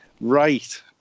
Right